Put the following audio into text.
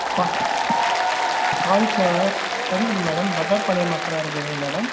கா காலிஃப்ளவர் இருக்குது madam butter paneer masala இருக்குதுங்க மேடம்